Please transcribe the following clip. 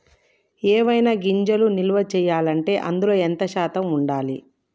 ఏవైనా గింజలు నిల్వ చేయాలంటే అందులో ఎంత శాతం ఉండాలి?